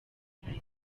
times